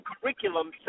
curriculum